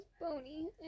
bony